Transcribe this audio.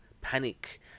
panic